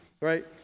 right